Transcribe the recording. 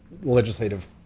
legislative